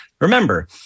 remember